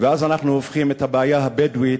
ואז אנחנו הופכים את הבעיה הבדואית,